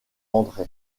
andré